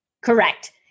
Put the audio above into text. Correct